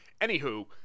anywho